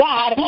God